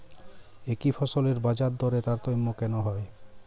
একই ফসলের বাজারদরে তারতম্য কেন হয়?